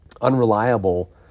unreliable